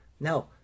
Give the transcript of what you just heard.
No